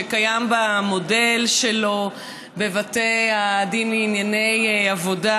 שקיים מודל שלו בבתי הדין לענייני עבודה,